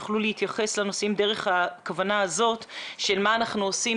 יוכלו להתייחס לנושאים דרך הכוונה הזאת של מה אנחנו עושים